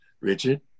Richard